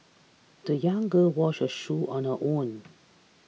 the young girl washed her shoes on her own